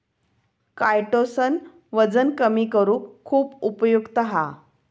chitosan वजन कमी करुक खुप उपयुक्त हा